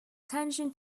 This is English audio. tension